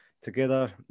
Together